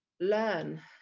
learn